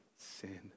sin